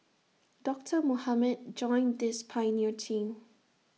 doctor Mohamed joined this pioneer team